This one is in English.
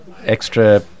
extra